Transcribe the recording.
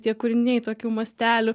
tie kūriniai tokių mastelių